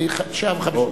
שעה ו-50.